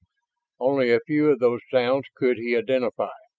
only a few of those sounds could he identify,